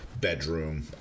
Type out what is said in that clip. bedroom